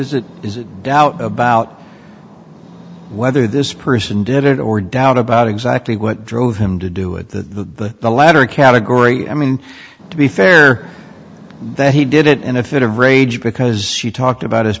as it is a doubt about whether this person did it or doubt about exactly what drove him to do it to the latter category i mean to be fair that he did it in a fit of rage because she talked about his